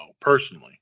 personally